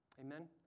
Amen